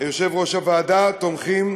יושב-ראש הוועדה, אנחנו תומכים